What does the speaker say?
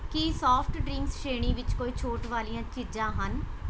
ਕੀ soft drinks ਸ਼੍ਰੇਣੀ ਵਿੱਚ ਕੋਈ ਛੋਟ ਵਾਲੀਆਂ ਚੀਜ਼ਾਂ ਹਨ